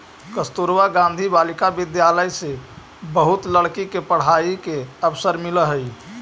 कस्तूरबा गांधी बालिका विद्यालय से बहुत लड़की के पढ़ाई के अवसर मिलऽ हई